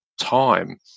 time